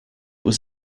was